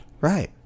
Right